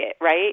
right